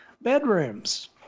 bedrooms